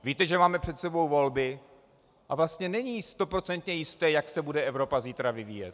Víte, že máme před sebou volby a vlastně není stoprocentně jisté, jak se bude Evropa zítra vyvíjet.